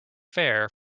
fair